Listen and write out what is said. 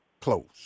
close